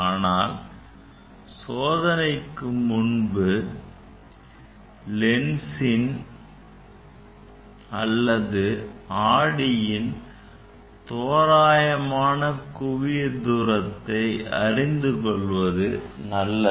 ஆனால் சோதனைக்கு முன் லென்ஸ் அல்லது ஆடியின் தோராயமான குவியத்தூரத்தை அறிந்து கொள்வது நல்லது